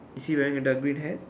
is he wearing the green hat